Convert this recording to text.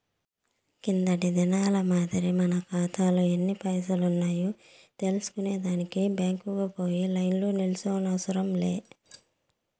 కిందటి దినాల మాదిరి మన కాతాలో ఎన్ని పైసలున్నాయో తెల్సుకునే దానికి బ్యాంకుకు పోయి లైన్లో నిల్సోనవసరం లే